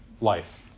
life